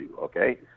okay